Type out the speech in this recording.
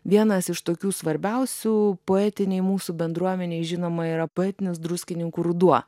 vienas iš tokių svarbiausių poetinei mūsų bendruomenei žinoma yra poetinis druskininkų ruduo